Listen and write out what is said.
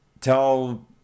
tell